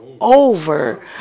over